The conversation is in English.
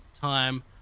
time